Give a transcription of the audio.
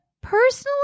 personally